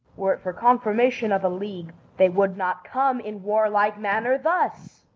were it for confirmation of a league, they would not come in warlike manner thus.